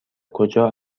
کجا